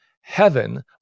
heaven